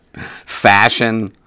fashion